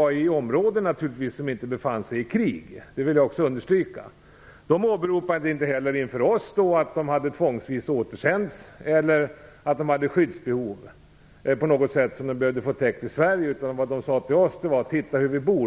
naturligtvis områden där det inte var krig - det vill jag understryka. Dessa personer åberopade inte heller inför oss att de tvångsvis hade återsänts eller att de på något sätt hade ett skyddsbehov som de behövde få täckt i Sverige. Till oss sade de: Titta hur vi bor!